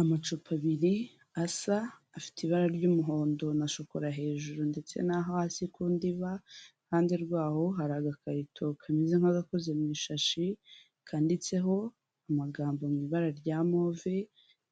Amacupa abiri asa afite ibara ry'umuhondo na shokora hejuru ndetse no hasi ku ndiba. iruhande rwaho hari agakarito kameze nk'agakoze mu ishashi kanditseho amagambo mu ibara rya move